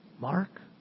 Mark